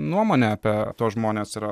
nuomonė apie tuos žmones yra